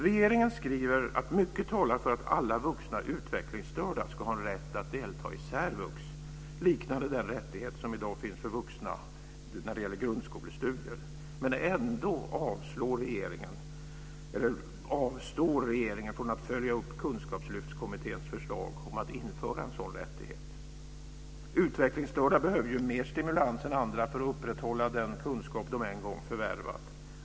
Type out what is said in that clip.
Regeringen skriver att mycket talar för att alla vuxna utvecklingsstörda ska ha rätt att delta i särvux, liknande den rättighet som i dag finns för vuxna när det gäller grundskolestudier. Ändå avstår regeringen från att följa upp kunskapslyftskommitténs förslag om att införa en sådan rättighet. Utvecklingsstörda behöver mer stimulans än andra för att upprätthålla den kunskap som de en gång förvärvat.